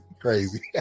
Crazy